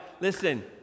Listen